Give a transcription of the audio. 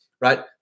right